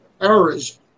errors